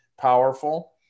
powerful